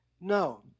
No